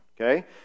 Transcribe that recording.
okay